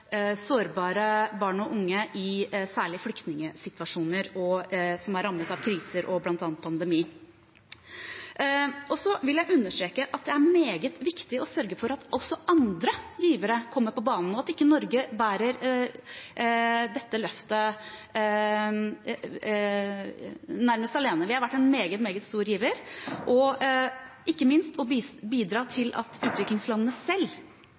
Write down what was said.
sårbare barn og unge, særlig i flyktningsituasjoner, som er rammet av bl.a. kriser og pandemi. Så vil jeg understreke at det er meget viktig å sørge for at også andre givere kommer på banen, og at ikke Norge bærer dette løftet nærmest alene – vi har vært en meget stor giver – og ikke minst bidra til at utviklingslandene selv